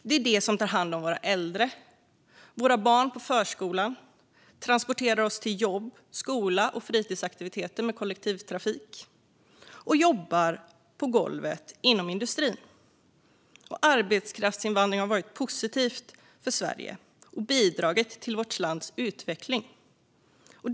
Det är de som tar hand om våra äldre och om våra barn på förskolan, transporterar oss till jobb, skola och fritidsaktiviteter med kollektivtrafik samt jobbar på golvet inom industrin. Arbetskraftsinvandring har varit positivt för Sverige och bidragit till vårt lands utveckling.